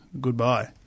goodbye